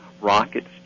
rockets